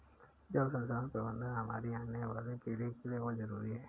जल संसाधन प्रबंधन हमारी आने वाली पीढ़ी के लिए बहुत जरूरी है